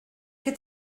qué